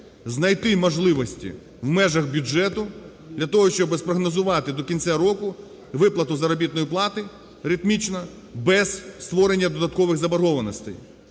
знайти можливості в межах бюджету для того, щоб спрогнозувати до кінця року виплату заробітної плати ритмічно, без створення додаткових заборгованостей.